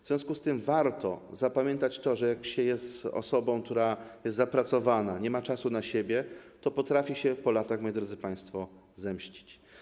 W związku z tym warto zapamiętać, że jak się jest osobą, która jest zapracowana, nie ma czasu dla siebie, to potrafi się po latach, moi drodzy państwo, to zemścić.